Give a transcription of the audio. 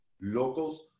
locals